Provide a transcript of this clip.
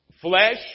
Flesh